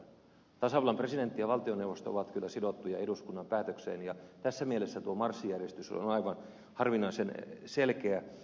tasavallan presidentti ja valtioneuvosto ovat kyllä sidottuja eduskunnan päätökseen ja tässä mielessä tuo marssijärjestys on aivan harvinaisen selkeä